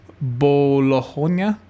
Bologna